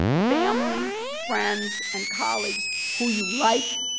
family, friends, and colleagues who you like,